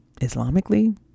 Islamically